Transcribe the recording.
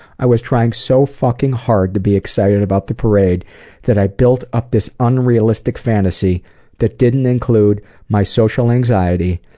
i was trying so fucking hard to feel excited about the parade that i built up this unrealistic fantasy that didn't include my social anxiety,